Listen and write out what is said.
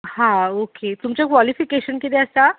हा ओके तुमचें क्वालिफिकेशन कितें आसा